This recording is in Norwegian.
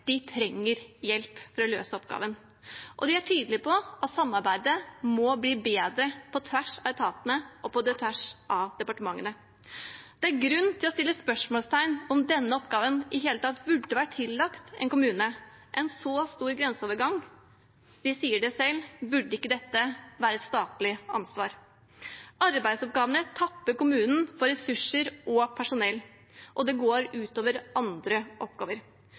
De trenger hjelp for å løse oppgaven. De er tydelige på at samarbeidet på tvers av etatene og på tvers av departementene må bli bedre. Det grunn til å sette spørsmålstegn ved om denne oppgaven i det hele tatt burde vært gitt til en kommune – en så stor grenseovergang! De sier det selv: Burde ikke dette ha vært et statlig ansvar? Arbeidsoppgavene tapper kommunen for ressurser og personell, og det går ut over andre oppgaver.